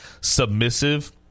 submissive